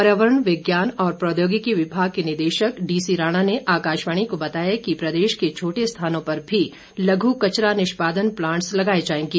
पर्यावरण विज्ञान और प्रौद्योगिकी विभाग के निदेशक डीसी राणा ने आकाशवाणी को बताया कि प्रदेश के छोटे स्थानों पर लघु कचरा निष्पादन प्लांटस लगाए जाएंगे